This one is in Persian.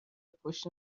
پشت